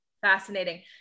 fascinating